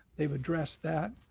they've addressed that.